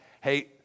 hey